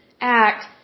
act